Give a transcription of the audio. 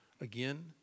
again